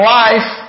life